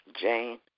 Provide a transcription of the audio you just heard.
Jane